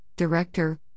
director